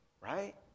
right